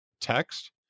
text